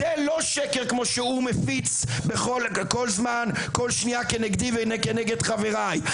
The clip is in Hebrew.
זה לא שקר כמו שהוא מפיץ בכל הזמן כל שניה כנגדי וכנגד חברי.